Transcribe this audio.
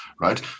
right